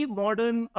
modern